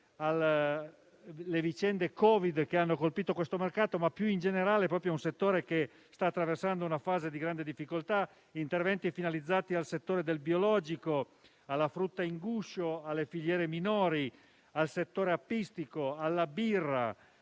grazie a tutti